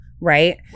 Right